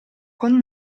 con